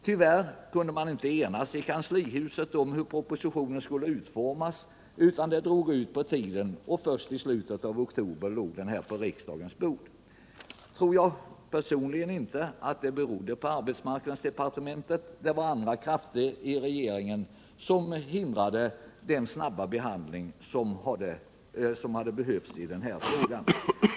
Tyvärr kunde man inte enas i kanslihuset om hur propositionen skulle utformas, utan det drog ut på tiden. Först — Skyddat arbete och i slutet av oktober låg propositionen på riksdagens bord. Personligen tror — yrkesinriktad jag inte att detta berodde på arbetsmarknadsdepartementet. Det var andra — rehabilitering krafter i regeringen som hindrade den snabba behandling som hade be = m.m. hövts i den här frågan.